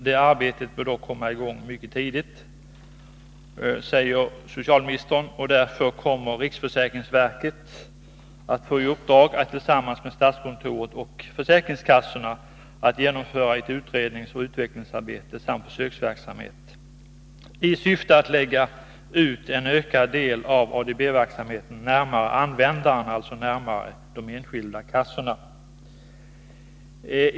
Det arbetet bör dock komma i gång mycket tidigt, säger socialministern, och därför kommer riksförsäkringsverket att få i uppdrag att tillsammans med statskontoret och försäkringskassorna genomföra ett utredningsoch utvecklingsarbete samt försöksverksamhet i syfte att lägga ut en ökad del av ADB-verksamheten närmare användarna, alltså de enskilda kassorna.